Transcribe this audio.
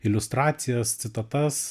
iliustracijas citatas